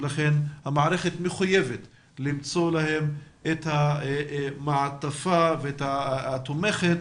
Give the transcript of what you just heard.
ולכן המערכת מחויבת למצוא להם מעטפה תומכת